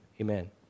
Amen